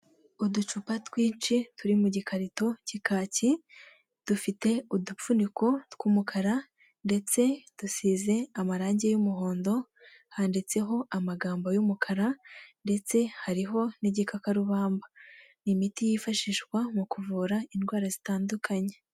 Uducupa twinshi turi mu gikarito cy'ikaki, dufite udufuniko tw'umukara ndetse dusize amarangi y'umuhondo, handitseho amagambo y'umukara ndetse hariho n'igikakarubamba, ni imiti yifashishwa mu kuvura indwara zitandukanye.